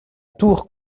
tour